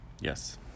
yes